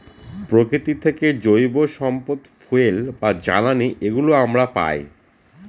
প্রকৃতি থেকে জৈব সম্পদ ফুয়েল বা জ্বালানি এগুলো আমরা পায়